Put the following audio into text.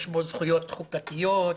יש בו זכויות חוקתיות,